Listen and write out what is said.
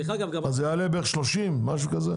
אז זה יעלה בערך 30 ₪, משהו כזה?